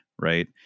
right